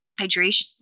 Hydration